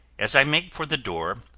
as i make for the door,